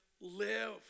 Live